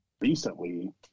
recently